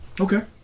Okay